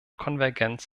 konvergenz